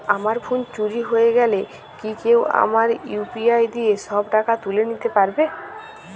আমার ফোন চুরি হয়ে গেলে কি কেউ আমার ইউ.পি.আই দিয়ে সব টাকা তুলে নিতে পারবে?